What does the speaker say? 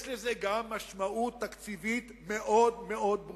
יש לזה גם משמעות תקציבית מאוד ברורה,